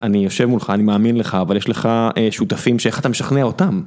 אני יושב מולך, אני מאמין לך, אבל יש לך שותפים שאיך אתה משכנע אותם?